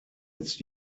its